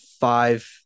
five